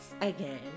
again